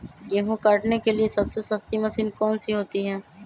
गेंहू काटने के लिए सबसे सस्ती मशीन कौन सी होती है?